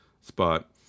spot